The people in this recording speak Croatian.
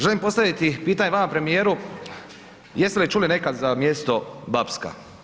Želim postaviti pitanje vama premijeru, jeste li čuli nekad za mjesto Bapska?